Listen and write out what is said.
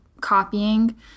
copying